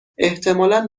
احتمالا